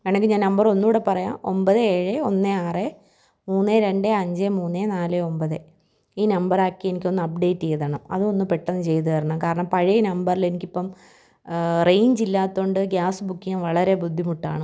വേണമെങ്കിൽ ഞാൻ നമ്പര് ഒന്നുകൂടി പറയാം ഒമ്പത് ഏഴ് ഒന്ന് ആറ് മൂന്ന് രണ്ട് അഞ്ച് മൂന്ന് നാല് ഒമ്പത് ഈ നമ്പറാക്കി എനിക്കൊന്ന് അപ്ഡേറ്റ് ചെയ്തു തരണം അതൊന്ന് പെട്ടെന്ന് ചെയ്തുതരണം കാരണം പഴയ നമ്പറിൽ എനിക്കിപ്പം റേഞ്ച് ഇല്ലാത്തതുകൊണ്ട് ഗ്യാസ് ബുക്ക് ചെയ്യാൻ വളരെ ബുദ്ധിമുട്ടാണ്